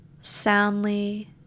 soundly